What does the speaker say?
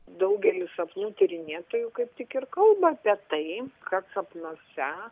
daugelis sapnų tyrinėtojų kaip tik ir kalba apie tai kad sapnuose